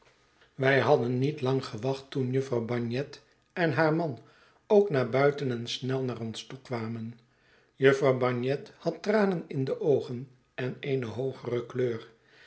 wij hadden niet lang gewacht toen jufvrouw bagnet en haar man ook naar buiten en snel naar ons toe kwamen jufvrouw bagnet had tranen in de oogen en eene hoogere kleur